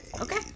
okay